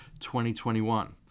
2021